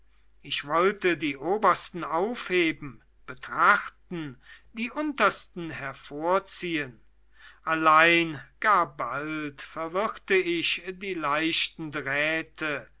ich wollte die obersten aufheben betrachten die untersten hervorziehen allein gar bald verwirrte ich die leichten drähte